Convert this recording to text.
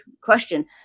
question